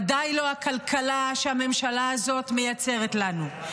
ודאי לא הכלכלה שהממשלה הזאת מייצרת לנו.